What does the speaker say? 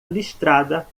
listrada